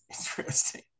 interesting